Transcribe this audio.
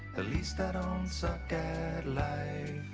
at least i don't suck at life